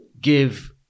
give